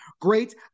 great